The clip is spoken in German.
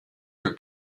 für